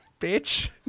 bitch